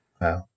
Wow